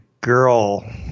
girl